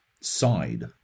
side